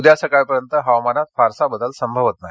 उद्या सकाळपर्यंत हवामानात फारसा बदल संभवत नाही